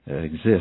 exist